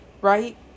right